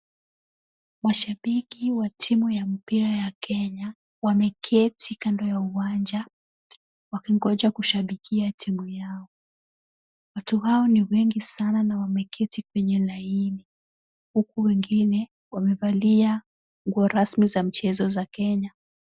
Mashabiki wa timu ya mpira ya Kenya wameketi kando ya uwanja wakingoja kushabikia timu yao. Watu hao ni wengi sana na wameketi kwenye laini huku wengine wamevalia nguo rasmi za mchezo za Kenya.